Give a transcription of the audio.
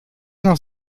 noch